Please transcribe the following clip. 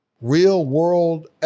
real-world